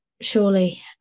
Surely